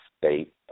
state